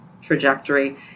trajectory